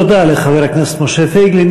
תודה לחבר הכנסת משה פייגלין.